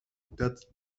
dat